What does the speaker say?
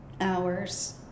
hours